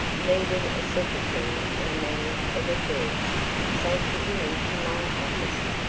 needed a secretary and man of affairs, so took him into my office.